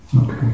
okay